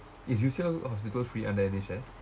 is U_C_L hospital free under N_H_S